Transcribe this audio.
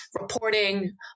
reporting